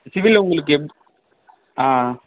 சிபில் உங்களுக்கு ஆ